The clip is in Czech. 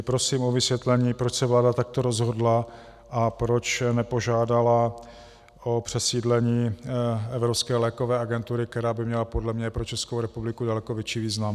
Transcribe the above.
Prosím o vysvětlení, proč se vláda takto rozhodla a proč nepožádala o přesídlení Evropské lékové agentury, která by měla podle mě pro Českou republiku daleko větší význam.